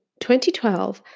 2012